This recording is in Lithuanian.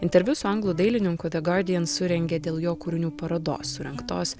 interviu su anglų dailininku the guardian surengė dėl jo kūrinių parodos surengtos